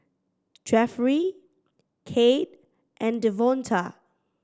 Jefferey Cade and Devonta